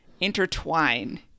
intertwine